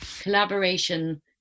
collaboration